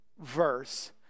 verse